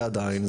ועדיין,